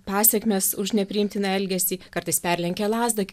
pasekmes už nepriimtiną elgesį kartais perlenkia lazdą